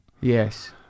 Yes